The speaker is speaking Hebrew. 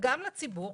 וגם לציבור.